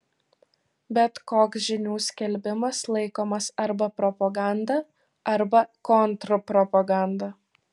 bet koks žinių skelbimas laikomas arba propaganda arba kontrpropaganda